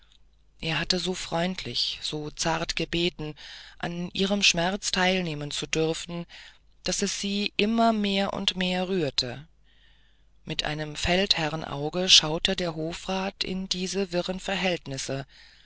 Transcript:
er hatte so freundlich so zart gebeten an ihrem schmerz teilnehmen zu dürfen daß es sie immer mehr und mehr rührte mit einem feldherrnauge schaute der hofrat in diese wirren verhältnisse